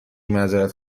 معذرت